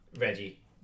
Reggie